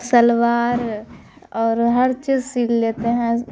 شلوار اور ہر چیز سیل لیتے ہیں